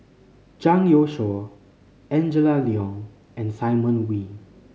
Zhang Youshuo Angela Liong and Simon Wee